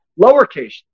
lowercase